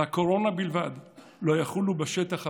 והקורונה בלבד, לא יחולו בשטח הפתוח,